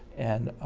and